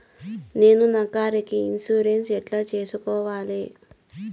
నేను నా కారుకు ఇన్సూరెన్సు ఎట్లా సేసుకోవాలి